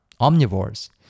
omnivores